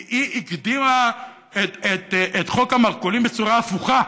כי היא הקדימה את חוק המרכולים בצורה הפוכה.